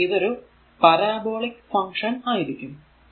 പിന്നെ ഇതൊരു parabolic function ആയിരിക്കും